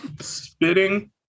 Spitting